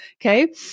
okay